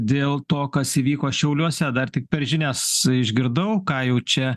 dėl to kas įvyko šiauliuose dar tik per žinias išgirdau ką jau čia